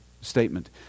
statement